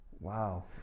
Wow